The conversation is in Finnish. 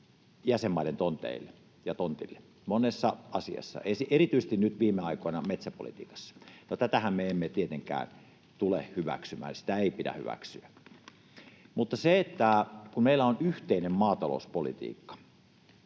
jäsenmaiden tontille monessa asiassa, erityisesti nyt viime aikoina metsäpolitiikassa. No, tätähän me emme tietenkään tule hyväksymään. Sitä ei pidä hyväksyä. Mutta vaikka meillä on yhteinen maatalouspolitiikka,